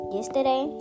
Yesterday